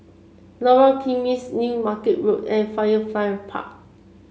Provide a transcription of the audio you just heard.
Lorong Kismis New Market Road and Firefly Park